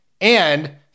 and-